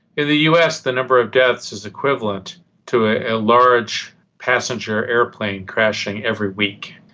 in the us the number of deaths is equivalent to a large passenger aeroplane crashing every week.